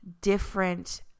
different